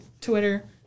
Twitter